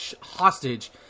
hostage